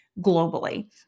globally